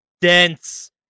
dense